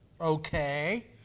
Okay